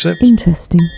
Interesting